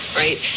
right